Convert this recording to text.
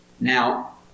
Now